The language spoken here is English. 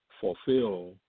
fulfill